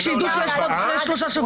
שאינה עולה על ארבעה חודשים.